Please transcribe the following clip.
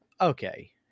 okay